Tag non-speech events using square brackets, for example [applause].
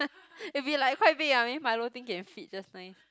[breath] it'll be quite like big ah I mean milo tin can fit just nice